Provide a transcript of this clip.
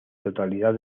totalidad